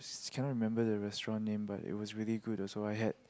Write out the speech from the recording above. cannot remember the restaurant name but it was really good also I had